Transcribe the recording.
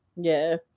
Yes